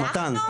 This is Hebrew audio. מתן.